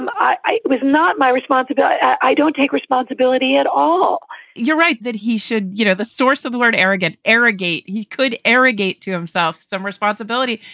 um i was not my responsibility. i don't take responsibility at all you're right that he should. you know, the source of the word arrogant arrogate he could arrogate to himself some responsibility.